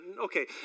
okay